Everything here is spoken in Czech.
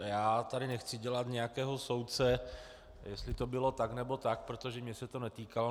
Já tady nechci dělat nějakého soudce, jestli to bylo tak, nebo tak, protože mě se to netýkalo.